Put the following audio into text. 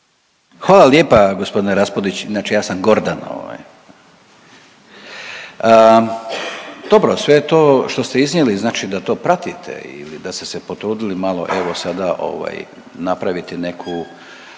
Hvala lijepa gospodine Raspudić, inače ja sam Gordan ovaj. Dobro, sve to što ste iznijeli znači da to pratite ili da ste se potrudili malo evo sada ovaj napraviti neku